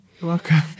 welcome